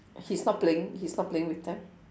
he's not playing he's not playing with them